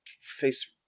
face